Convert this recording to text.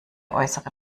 äußere